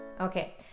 okay